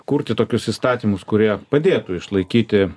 kurti tokius įstatymus kurie padėtų išlaikyti